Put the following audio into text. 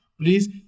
Please